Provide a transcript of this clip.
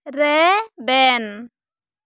ᱨᱮᱵᱮᱱ